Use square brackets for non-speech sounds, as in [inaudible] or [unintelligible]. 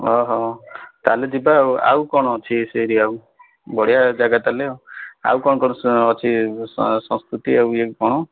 କାଲି ଯିବା ଆଉ ଆଉ କ'ଣ ଅଛି [unintelligible] ବଢ଼ିଆ ଜାଗା ତା'ହେଲେ ଆଉ କ'ଣ କ'ଣ ଅଛି ସଂସ୍କୃତି ଆଉ ଇଏ କ'ଣ